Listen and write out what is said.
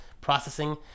processing